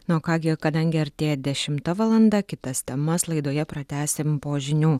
na o ką gi kadangi artėja dešimta valanda kitas temas laidoje pratęsim po žinių